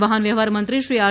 વાહન વ્યવહારમંત્રી શ્રી આર